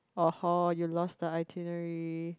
oh hor you lost the itinerary